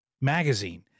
magazine